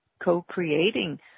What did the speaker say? co-creating